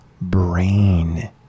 brain